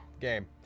Game